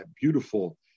beautiful